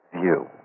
view